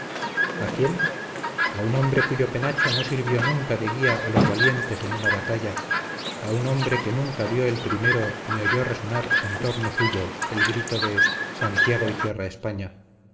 a quién a un hombre cuyo penacho no sirvió nunca de guía a los valientes en una batalla a un hombre que nunca dio el primero ni oyó resonar en tomo suyo el grito de santiago y cierra españa